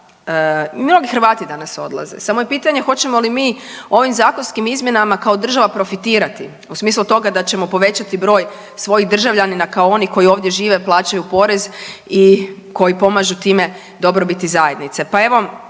mnogi Hrvati danas odlaze samo je pitanje hoćemo li ovim zakonskim izmjenama kao država profitirati u smislu toga da ćemo povećati broj svojih državljanina kao onih koji ovdje žive, plaćaju porez i koji pomažu time dobrobiti zajednice.